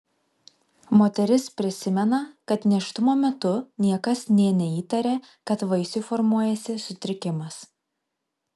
moteris prisimena kad nėštumo metu niekas nė neįtarė kad vaisiui formuojasi sutrikimas